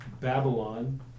Babylon